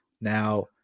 now